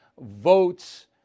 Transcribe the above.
votes